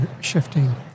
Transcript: shifting